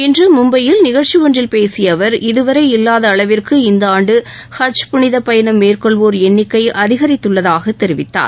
இன்று மும்பையில் நிகழ்ச்சி ஒன்றில் பேசிய அவர் இதுவரை இல்லாத அளவிற்கு இந்த ஆண்டு ஹஜ் புனித பயணம் மேற்கொள்வோர் எண்ணிக்கை அதிகரித்துள்ளதாக தெரிவித்தார்